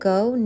Go